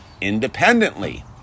independently